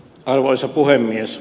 arvoisa puhemies